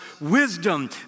wisdom